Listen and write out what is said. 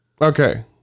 Okay